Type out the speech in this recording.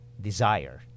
desire